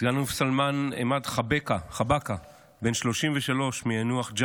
סא"ל סלמאן עמאד חבקה, בן 33 מיאנוח-ג'ת,